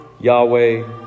Yahweh